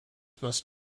must